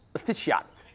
officiate,